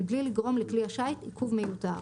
מבלי לגרום לכלי השיט עיכוב מיותר.